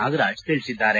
ನಾಗರಾಜ್ ತಿಳಿಸಿದ್ದಾರೆ